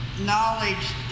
knowledge